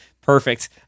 Perfect